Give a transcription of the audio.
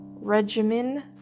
Regimen